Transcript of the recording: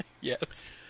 Yes